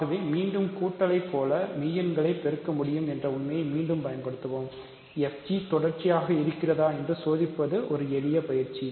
ஆகவே மீண்டும் கூட்டலை போல மெய் எண்களை பெருக்க முடியும் என்ற உண்மையை மீண்டும் பயன்படுத்துகிறோம் fg தொடர்ச்சியாக இருக்கிறதா என்று சோதிப்பது எளிதான பயிற்சி